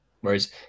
Whereas